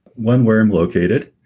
one, where i'm located,